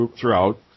throughout